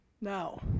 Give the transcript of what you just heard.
Now